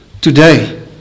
Today